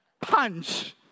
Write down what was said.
punch